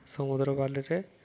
ସମୁଦ୍ର ବାଲିରେ